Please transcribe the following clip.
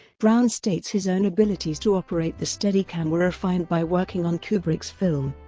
brown states his own abilities to operate the steadicam were refined by working on kubrick's film.